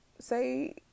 say